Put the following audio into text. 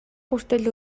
хүртэл